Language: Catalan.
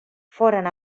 foren